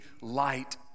light